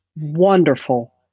wonderful